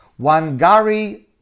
Wangari